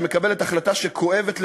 שמקבלת החלטה שכואבת לכולנו,